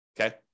okay